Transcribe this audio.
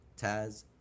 Taz